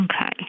Okay